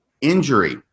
injury